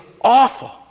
awful